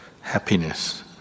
happiness